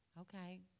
Okay